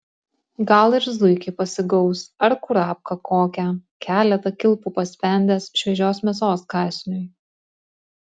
gal ir zuikį pasigaus ar kurapką kokią keletą kilpų paspendęs šviežios mėsos kąsniui